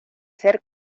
ser